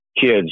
kids